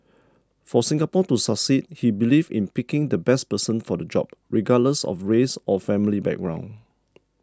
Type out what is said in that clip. for Singapore to succeed he believed in picking the best person for the job regardless of race or family background